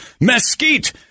mesquite